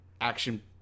action